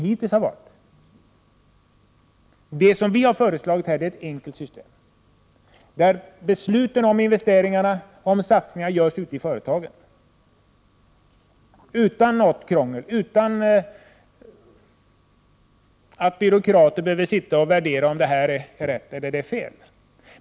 Det system som vi föreslår är enkelt: Beslut om investeringarna och satsningarna skall fattas ute i företagen, utan något krångel och utan att byråkrater behöver sitta och värdera om det är rätt eller fel.